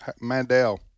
Mandel